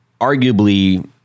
arguably